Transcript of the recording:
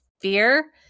fear